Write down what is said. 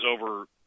over